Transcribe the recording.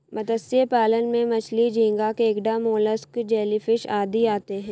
मत्स्य पालन में मछली, झींगा, केकड़ा, मोलस्क, जेलीफिश आदि आते हैं